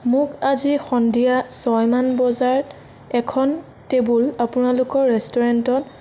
মোক আজি সন্ধিয়া ছয়মান বজাত এখন টেবুল আপোনালোকৰ ৰেষ্টোৰেণ্টত